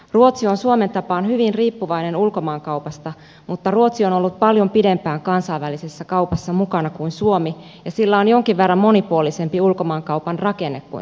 ruotsi on suomen tapaan hyvin riippuvainen ulkomaankaupasta mutta ruotsi on ollut paljon pidempään kansainvälisessä kaupassa mukana kuin suomi ja sillä on jonkin verran monipuolisempi ulkomaankaupan rakenne kuin suomella